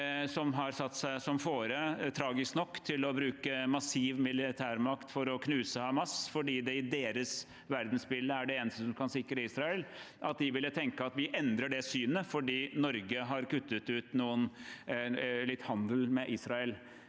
nok har satt seg fore å bruke massiv militærmakt for å knuse Hamas fordi det i deres verdensbilde er det eneste som kan sikre Israel, ville tenke at de endrer syn fordi Norge har kuttet ut litt handel med Israel.